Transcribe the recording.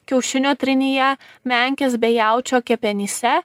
kiaušinio trynyje menkės bei jaučio kepenyse